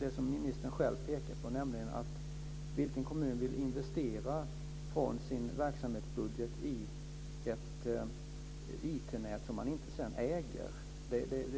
det som ministern själv pekar på: Vilken kommun vill investera från sin verksamhetsbudget i ett IT-nät som den inte äger?